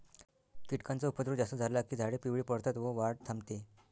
कीटकांचा उपद्रव जास्त झाला की झाडे पिवळी पडतात व वाढ थांबते